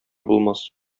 булмас